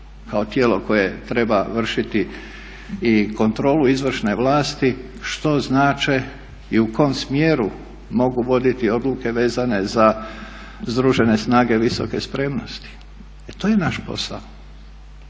kao tijelo koje treba vršiti i kontrolu izvršne vlasti što znače i u kom smjeru mogu voditi odluke vezane za združene snage visoke spremnosti e to je naš posao,